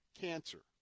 cancer